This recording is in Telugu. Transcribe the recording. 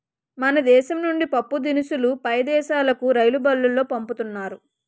మన దేశం నుండి పప్పుదినుసులు పై దేశాలుకు రైలుబల్లులో పంపుతున్నారు